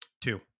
two